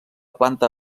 planta